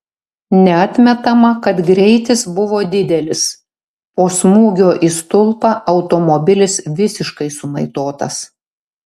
neatmetama kad greitis buvo didelis po smūgio į stulpą automobilis visiškai sumaitotas